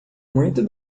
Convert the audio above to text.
muito